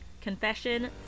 Confession